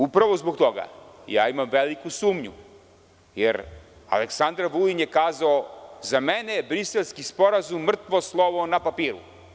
Upravo zbog toga imam veliku sumnju, jer Aleksandar Vulin je kazao – za mene je Briselski sporazum mrtvo slovo na papiru.